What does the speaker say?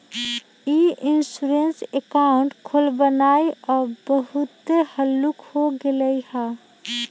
ई insurance account खोलबनाइ अब बहुते हल्लुक हो गेलइ ह